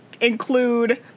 include